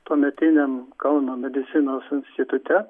tuometiniam kauno medicinos institute